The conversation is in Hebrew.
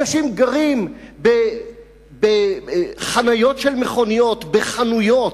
אנשים גרים בחניות של מכוניות, בחנויות.